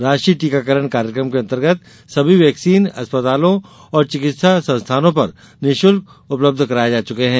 राष्ट्रीय टीकाकरण कार्यकम के अंतर्गत सभी वैक्सीन अस्पतालों और चिकित्सा संस्थानों पर निशुल्क उपलब्ध कराये जाचुके है